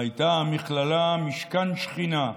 / והייתה המכללה משכן שכינה.